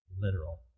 Literal